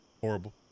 horrible